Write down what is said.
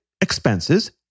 expenses